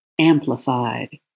amplified